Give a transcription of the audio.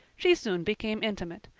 she soon became intimate,